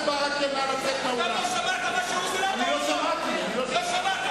אתה לא שמעת מה שהשר אמר.